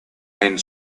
and